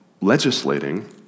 legislating